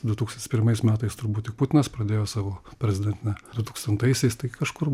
du tūkstantis pirmais metais turbūt tik putinas pradėjo savo prezidentinę dutūkstantaisiais tai kažkur